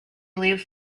leaves